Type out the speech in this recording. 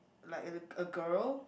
like at the a girl